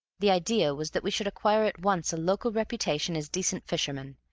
the idea was that we should acquire at once a local reputation as decent fishermen,